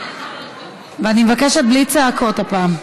ואני מבקשת בלי צעקות הפעם.